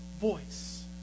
voice